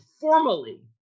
formally